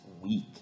week